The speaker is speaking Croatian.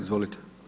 Izvolite.